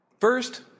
First